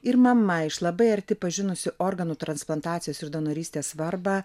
ir mama iš labai arti pažinusi organų transplantacijos ir donorystės svarbą